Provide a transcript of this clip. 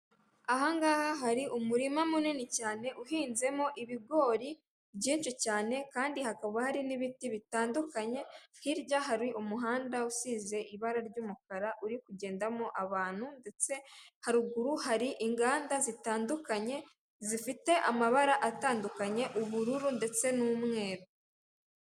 Ahangaha hari umurima munini cyane uhinzemo ibigori byinshi cyane, kandi hakaba hari n'ibiti bitandukanye, hirya hari umuhanda usize ibara ry'umukara uri kugendamo abantu ndetse haruguru hari inganda zitandukanye zifite amabara atandukanye ubururu ndetse n'umweru.